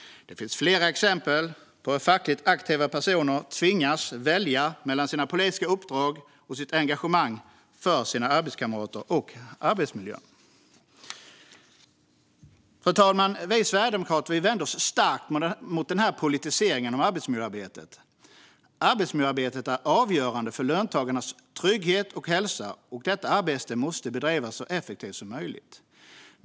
Det finns flera exempel på att fackligt aktiva personer tvingats välja mellan sina politiska uppdrag och sitt engagemang för sina arbetskamrater och arbetsmiljön. Fru talman! Vi sverigedemokrater vänder oss starkt mot den här politiseringen av arbetsmiljöarbetet. Arbetsmiljöarbetet är avgörande för löntagarnas trygghet och hälsa, och detta arbete måste bedrivas så effektivt som möjligt.